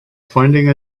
finding